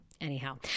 Anyhow